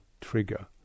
trigger